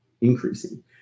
increasing